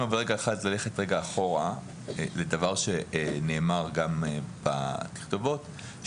ללכת רגע אחד אחורה לדבר שנאמר גם בתכתובות.